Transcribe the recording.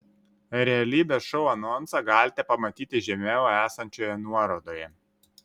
realybės šou anonsą galite pamatyti žemiau esančioje nuorodoje